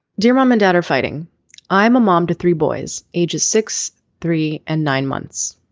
dear mom and dad are fighting i'm a mom to three boys ages six three and nine months.